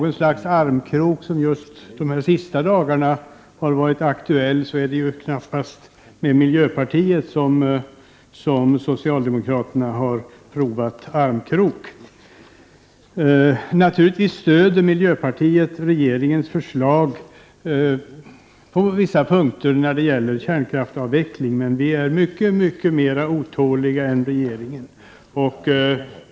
Om det har varit aktuellt med något slags armkrok under de senaste dagarna är det väl knappast miljöpartiet som socialdemokraterna försökt att gå i armkrok med. Naturligtvis stöder vi i miljöpartiet regeringens förslag på vissa punkter när det gäller kärnkraftsavvecklingen, men vi är mycket mer otåliga än regeringen.